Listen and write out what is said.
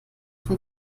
von